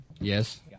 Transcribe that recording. Yes